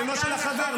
עניינו של החבר,